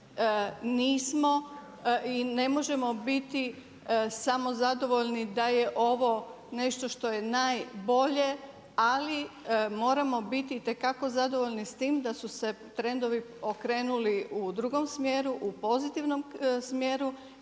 nismo i ne možemo biti samo zadovoljni da je ovo nešto što je najbolje ali moramo biti itekako zadovoljni s tim da su se trendovi okrenuli u drugom smjeru, u pozitivnom smjeru,